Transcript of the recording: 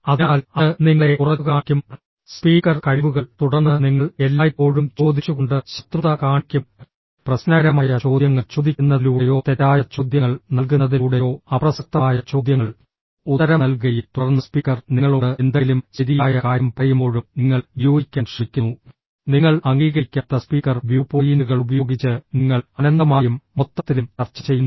അതിനാൽ അത് നിങ്ങളെ കുറച്ചുകാണിക്കും സ്പീക്കർ കഴിവുകൾ തുടർന്ന് നിങ്ങൾ എല്ലായ്പ്പോഴും ചോദിച്ചുകൊണ്ട് ശത്രുത കാണിക്കും പ്രശ്നകരമായ ചോദ്യങ്ങൾ ചോദിക്കുന്നതിലൂടെയോ തെറ്റായ ചോദ്യങ്ങൾ നൽകുന്നതിലൂടെയോ അപ്രസക്തമായ ചോദ്യങ്ങൾ ഉത്തരം നൽകുകയും തുടർന്ന് സ്പീക്കർ നിങ്ങളോട് എന്തെങ്കിലും ശരിയായ കാര്യം പറയുമ്പോഴും നിങ്ങൾ വിയോജിക്കാൻ ശ്രമിക്കുന്നു നിങ്ങൾ അംഗീകരിക്കാത്ത സ്പീക്കർ വ്യൂ പോയിന്റുകൾ ഉപയോഗിച്ച് നിങ്ങൾ അനന്തമായും മൊത്തത്തിലും ചർച്ച ചെയ്യുന്നു